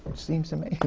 seems to make